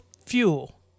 fuel